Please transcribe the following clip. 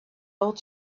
old